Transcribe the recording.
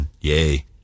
Yay